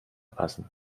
passen